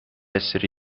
essere